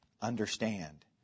Understand